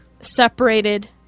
separated